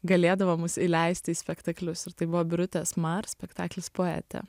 galėdavo mus įleisti į spektaklius ir tai buvo birutės mar spektaklis poetė